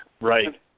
right